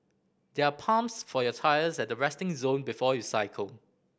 there are pumps for your tyres at the resting zone before you cycle